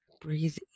Breathe